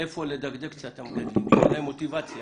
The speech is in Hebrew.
היכן לדגדג קצת את המגדלים, שתהיה להם מוטיבציה.